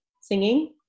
singing